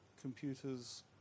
computers